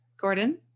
Gordon